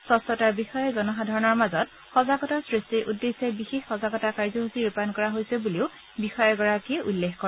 স্বছতাৰ বিষয়ে জনসাধাৰণৰ মাজত সজাগতা সৃষ্টিৰ উদ্দেশ্যে বিশেষ সজাগতা কাৰ্যসূচী ৰূপায়ণ কৰা হৈছে বুলিও বিষয়াগৰাকীয়ে উল্লেখ কৰে